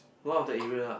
one of the area ah